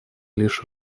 лишь